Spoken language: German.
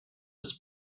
des